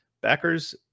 Backers